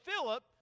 Philip